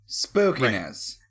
Spookiness